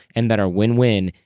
and that are win-win.